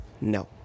no